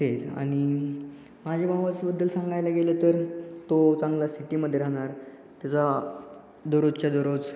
तेच आणि माझ्या भावाबद्दल सांगायला गेलं तर तो चांगला सिटीमध्ये राहणार त्याचा दररोजच्या दररोज